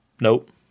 Nope